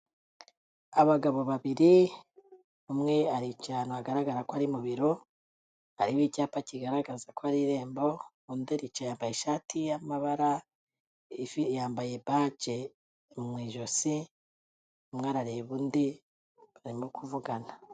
Abagabo babiri, umwe aricaye ahantu hagaragara ko ari mu biro, harimo icyapa kigaragaza ko ari irembo, undi aricaye yambaye ishati y'amabara, yambaye bajye mu ijosi, umwe arareba undi, barimo kuvugana.